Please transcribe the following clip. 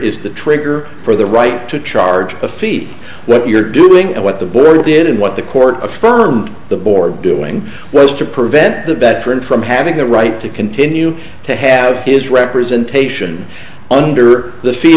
is the trigger for the right to charge a fee what you're doing and what the board did and what the court of firm the board doing well is to prevent the veteran from having the right to continue to have his representation under the fee